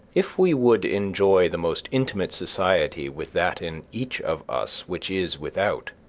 if we would enjoy the most intimate society with that in each of us which is without,